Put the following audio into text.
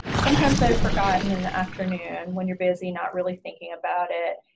sometimes i've forgotten in the afternoon when you're busy not really thinking about it.